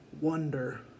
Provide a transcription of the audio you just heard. wonder